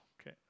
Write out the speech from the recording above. okay